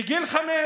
בגיל חמש